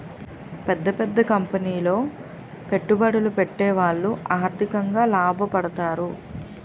పెద్ద పెద్ద కంపెనీలో పెట్టుబడులు పెట్టేవాళ్లు ఆర్థికంగా లాభపడతారు